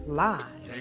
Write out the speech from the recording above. live